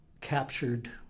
captured